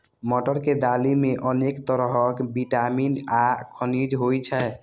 मटर के दालि मे अनेक तरहक विटामिन आ खनिज होइ छै